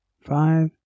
five